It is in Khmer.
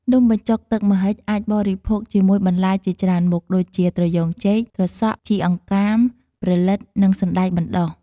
នំបញ្ចុកទឹកម្ហិចអាចបរិភោគជាមួយបន្លែជាច្រើនមុខ ដូចជា ត្រយូងចេក ត្រសក់ ជីអង្កាម ព្រលិត និងសណ្ដែកបណ្ដុះ។